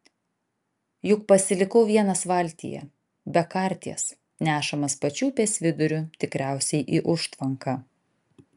juk pasilikau vienas valtyje be karties nešamas pačiu upės viduriu tikriausiai į užtvanką